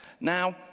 Now